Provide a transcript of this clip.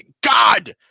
God